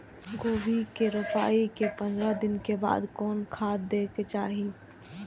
गोभी के रोपाई के पंद्रह दिन बाद कोन खाद दे के चाही?